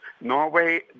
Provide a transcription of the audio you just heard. Norway